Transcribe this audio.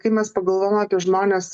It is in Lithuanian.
kai mes pagalvojam apie žmones